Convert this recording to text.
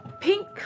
pink